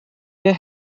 ihr